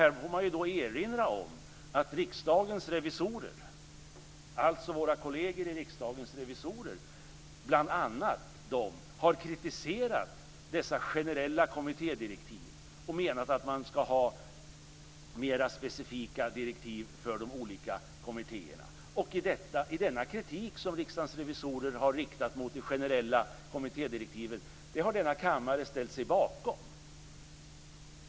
Här får man då erinra om att bl.a. våra kolleger i Riksdagens revisorer har kritiserat dessa generella kommittédirektiv och menat att man skall ha mer specifika direktiv för de olika kommittéerna. Denna kritik som Riksdagens revisorer har riktat mot de generella kommittédirektiven har denna kammare ställt sig bakom.